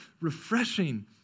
refreshing